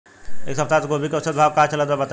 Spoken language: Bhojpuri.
एक सप्ताह से गोभी के औसत भाव का चलत बा बताई?